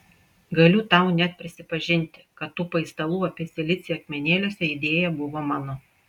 galiu tau net prisipažinti kad tų paistalų apie silicį akmenėliuose idėja buvo mano